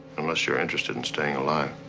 unless you're interested in staying alive.